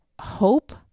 hope